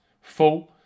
Full